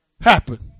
happen